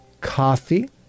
coffee